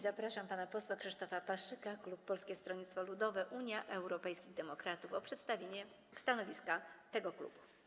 Zapraszam pana posła Krzysztofa Paszyka, klub Polskiego Stronnictwa Ludowego - Unii Europejskich Demokratów, by przedstawił stanowisko tego klubu.